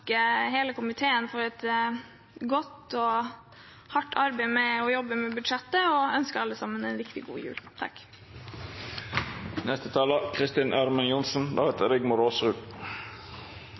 hele komiteen for et godt og hardt arbeid med budsjettet, og jeg ønsker alle sammen en riktig god jul.